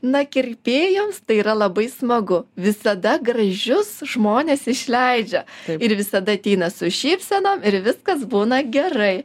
na kirpėjoms tai yra labai smagu visada gražius žmones išleidžia ir visada ateina su šypsenom ir viskas būna gerai